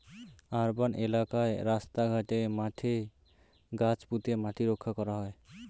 urban এলাকায় রাস্তা ঘাটে, মাঠে গাছ পুঁতে মাটি রক্ষা করা হয়